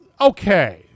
okay